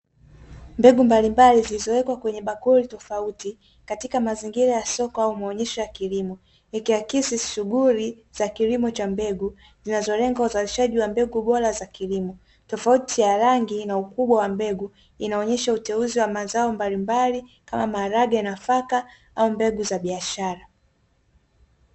Mbegu mbalimbali zilizowekwa kwenye bakuli tofauti katika mazingira ya soko au maonyesho ya kilimo, ikiakisi shughuli za kilimo cha mbegu zinazolenga uzalishaji wa mbegu bora za kilimo, tofauti ya rangi na ukubwa wa mbegu inaonyesha uteuzi wa mazao mbalimbali kama maharage, nafaka au mbegu za biashara.